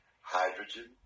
hydrogen